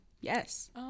Yes